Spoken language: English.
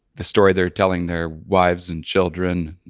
the story they're telling their wives and children,